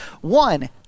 One